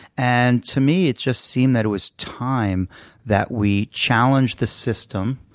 and, to me, it just seemed that it was time that we challenged the system,